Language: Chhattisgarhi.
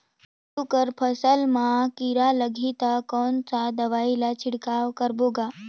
आलू कर फसल मा कीरा लगही ता कौन सा दवाई ला छिड़काव करबो गा?